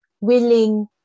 willing